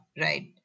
right